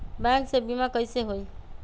Bank से बिमा कईसे होई?